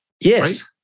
Yes